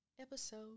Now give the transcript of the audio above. episode